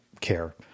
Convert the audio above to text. care